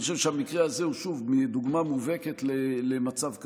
אני חושב שהמקרה הזה הוא שוב דוגמה מובהקת למצב כזה,